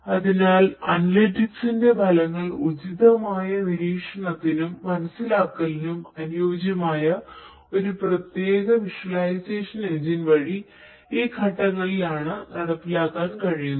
അതിനാൽ അനലിറ്റിക്സിന്റെ ഫലങ്ങൾ ഉചിതമായ നിരീക്ഷണത്തിനും മനസ്സിലാക്കലിനും അനുയോജ്യമായ ഒരു പ്രത്യേക വിഷ്വലൈസേഷൻ എഞ്ചിൻ വഴി ഈ ഘട്ടങ്ങളിലാണ് നടപ്പിലാക്കാൻ കഴിയുന്നത്